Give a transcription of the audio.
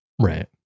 right